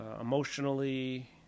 emotionally